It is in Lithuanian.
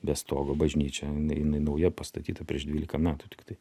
be stogo bažnyčia jinai jinai nauja pastatyta prieš dvylika metų tiktai